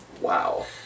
Wow